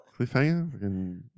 Cliffhanger